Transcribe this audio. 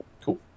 Cool